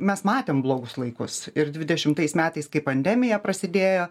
mes matėm blogus laikus ir dvidešimtais metais kai pandemija prasidėjo